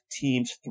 teams